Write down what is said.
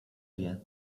wie